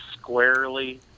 squarely